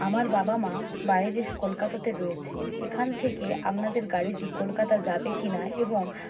আমার বাবা মা বাইরে কলকাতাতে রয়েছে এখান থেকে আপনাদের গাড়িটি কলকাতা যাবে কি না এবং